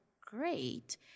great